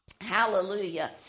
Hallelujah